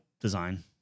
design